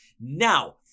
now